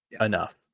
enough